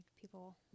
people